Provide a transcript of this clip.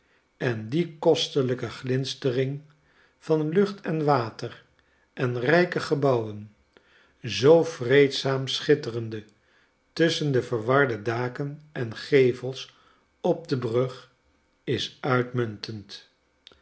en die kostelijke glinstering van lucht en water en rijke gebouwen zoo vreedzaam schitterende tusschen de verwarde daken en gevels op de brug is uitmuntend